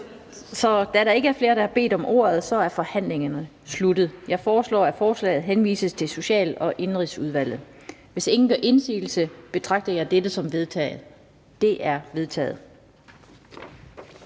Så da der ikke er flere, der har bedt om ordet, er forhandlingen sluttet. Jeg foreslår, at forslaget til folketingsbeslutning henvises til Social- og Indenrigsudvalget. Hvis ingen gør indsigelse, betragter jeg dette som vedtaget. Det er vedtaget.